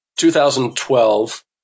2012